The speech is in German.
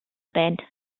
band